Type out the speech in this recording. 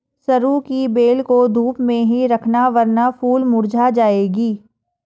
सरू की बेल को धूप में ही रखना वरना फूल मुरझा जाएगी